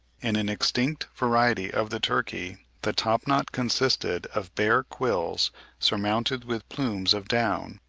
in an extinct variety of the turkey, the top-knot consisted of bare quills surmounted with plumes of down,